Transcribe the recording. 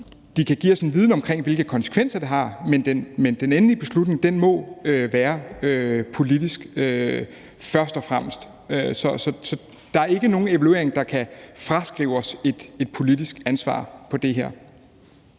De kan give os en viden om, hvilke konsekvenser det har, men den endelige beslutning må først og fremmest være politisk. Så der er ikke nogen evaluering, der kan fraskrive os et politisk ansvar for det her.